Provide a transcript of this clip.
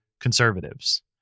conservatives